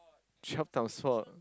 twelve times four